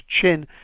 Chin